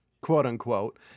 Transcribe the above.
quote-unquote